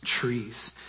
trees